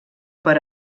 per